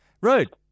Rude